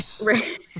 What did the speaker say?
Right